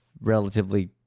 relatively